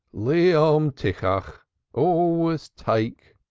leolom tikkach always take,